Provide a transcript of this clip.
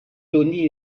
tony